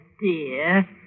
dear